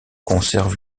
conservent